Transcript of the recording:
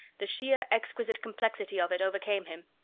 the sheer exquisite complexity of it overcame him.